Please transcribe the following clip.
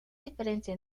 diferencia